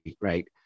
right